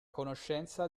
conoscenza